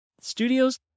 studios